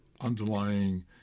underlying